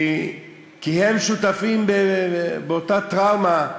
כי הם שותפים לאותה טראומה,